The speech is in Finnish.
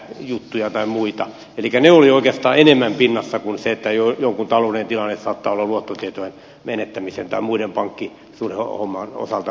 elikkä ne olivat oikeastaan enemmän pinnassa kuin se että jonkun taloudellinen tilanne saattaa olla huono luottotietojen menettämisen tai muun pankkisuhdehomman osalta